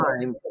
time